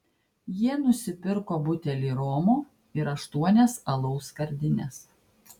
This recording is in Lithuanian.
jie nusipirko butelį romo ir aštuonias alaus skardines